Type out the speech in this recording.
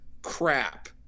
Crap